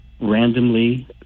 randomly